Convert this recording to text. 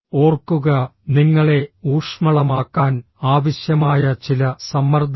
ഓർക്കുക നിങ്ങളെ ഊഷ്മളമാക്കാൻ ആവശ്യമായ ചില സമ്മർദ്ദങ്ങൾ